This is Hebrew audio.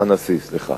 הנשיא, סליחה.